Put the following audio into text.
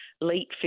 Late